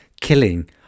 killing